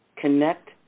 connect